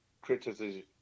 criticism